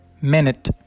minute